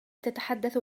تتحدث